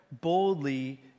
boldly